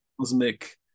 cosmic